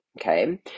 okay